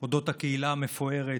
על אודות הקהילה המפוארת,